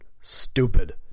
stupid